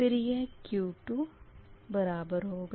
फिर यह Q2QC2 QL2 होगा